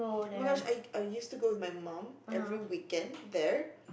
oh-my-gosh I I used to go with my mom every weekend there